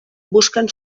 busquen